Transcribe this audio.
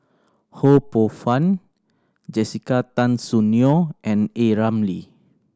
Ho Poh Fun Jessica Tan Soon Neo and A Ramli